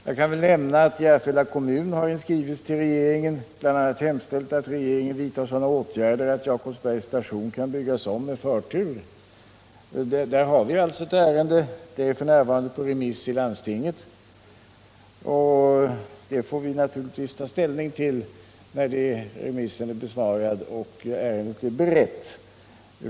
Jag kan nämna att Järfälla kommun i skrivelse till regeringen bl.a. har hemställt att regeringen skall vidta sådana åtgärder att Jakobsbergs station kan byggas om med förtur. Det är alltså ett ärende som vi har fått att behandla, och det är f. n. på remiss i landstinget. Vi får naturligtvis ta ställning till det när remissen är besvarad och ärendet är berett.